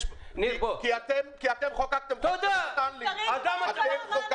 כי אתם חוקקתם חוק וביטלתם.